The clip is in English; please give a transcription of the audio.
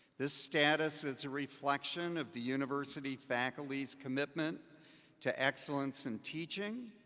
this status is a reflection of the university faculty's commitment to excellence in teaching,